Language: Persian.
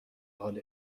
حال